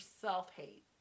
self-hate